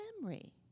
memory